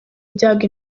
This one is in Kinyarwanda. ibyago